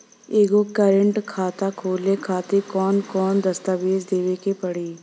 एगो करेंट खाता खोले खातिर कौन कौन दस्तावेज़ देवे के पड़ी?